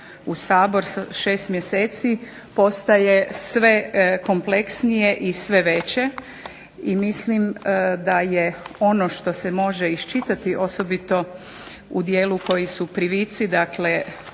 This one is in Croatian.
u Sabor 6 mjeseci postaje sve kompleksnije i sve veće i mislim da je ono što se može iščitati osobito u dijelu koji su privici, dakle